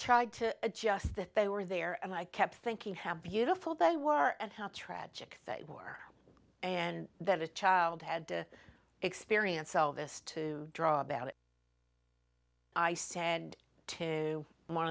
tried to adjust that they were there and i kept thinking how beautiful they were and how tragic they were and that a child had to experience elvis to draw about it i said to one